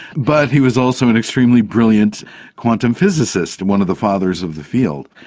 but he was also an extremely brilliant quantum physicist and one of the fathers of the field.